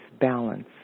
balance